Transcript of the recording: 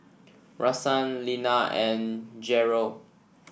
Rashaan Lena and Gerold